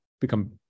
become